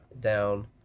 down